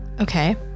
Okay